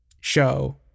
show